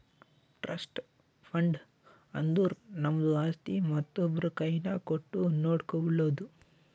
trust fund ಅಂದುರ್ ನಮ್ದು ಆಸ್ತಿ ಮತ್ತೊಬ್ರು ಕೈನಾಗ್ ಕೊಟ್ಟು ನೋಡ್ಕೊಳೋದು